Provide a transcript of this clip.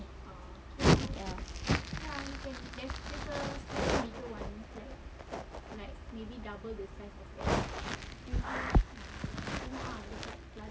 ya